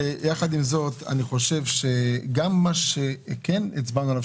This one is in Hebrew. יחד עם זאת אני חושב שגם מה שכן הצבענו עליו,